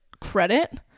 credit